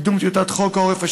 קידום טיוטת חוק העורף,